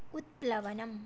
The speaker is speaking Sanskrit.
उत्प्लवनम्